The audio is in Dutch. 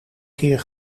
keer